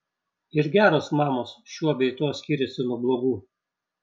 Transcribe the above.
ir geros mamos šiuo bei tuo skiriasi nuo blogų